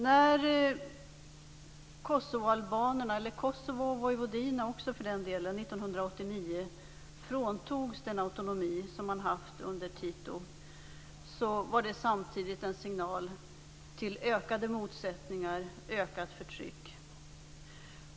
När Kosovo - och för den delen också Vojvodina - 1989 fråntogs den autonomi som man hade haft under Tito var det samtidigt en signal till ökade motsättningar och ökat förtryck.